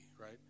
right